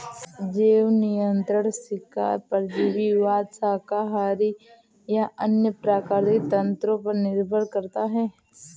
जैव नियंत्रण शिकार परजीवीवाद शाकाहारी या अन्य प्राकृतिक तंत्रों पर निर्भर करता है